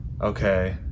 Okay